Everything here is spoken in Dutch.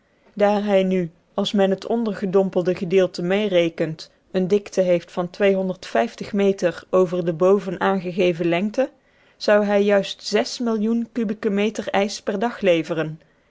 daar hij nu als men het ondergedompelde gedeelte meerekent een dikte heeft van meter over de boven aangegeven lengte zou hij juist millioen kubieke meters ijs per dag leveren